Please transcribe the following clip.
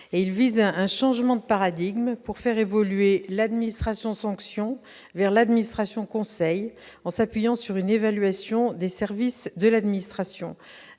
et il vise un changement de paradigme, pour faire évoluer l'administration sanction vers l'administration, conseils en s'appuyant sur une évaluation des services de l'administration,